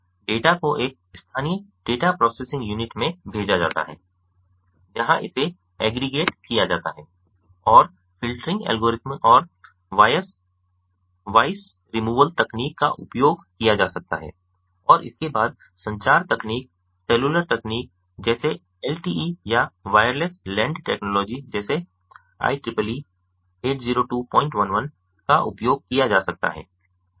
data को एक स्थानीय डेटा प्रोसेसिंग यूनिट में भेजा जाता है जहाँ इसे एग्रीगेट किया जाता है और फ़िल्टरिंग एल्गोरिदम और वॉयस रिमूवल तकनीक का उपयोग किया जा सकता है और इसके बाद संचार तकनीक सेलुलर तकनीक जैसे एलटीई या वायरलेस लैंड टेक्नोलॉजी जैसे IEEE 80211 का उपयोग किया जा सकता है